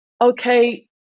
okay